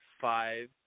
five